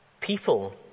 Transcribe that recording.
people